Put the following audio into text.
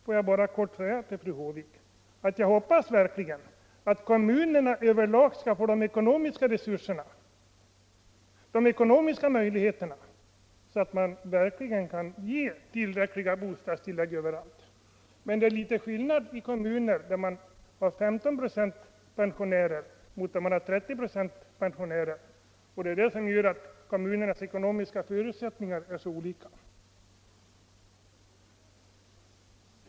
Får jag bara kort säga till fru Håvik, att jag hoppas verkligen att kommunerna över lag skall få sådana ekonomiska möjligheter att man kan ge tillräckliga bostadstillägg överallt. Men det är litet skillnad mellan kommuner där man har 15 26 pensionärer och kommuner där man har 30 96 pensionärer. Det är detta som gör att kommunernas ekonomiska förutsättningar är så olika.